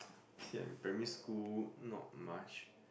see I primary school not much